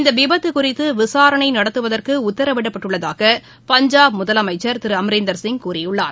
இந்தவிபத்துகுறிததுவிசாரணைநடத்துவதற்குஉத்தரவிடப்பட்டுள்ளதாக பஞ்சாப் முதலமைச்சர் திருஅம்ரீந்தர் சிங் கூறியுள்ளார்